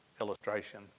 illustration